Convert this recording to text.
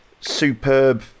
superb